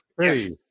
Yes